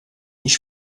ich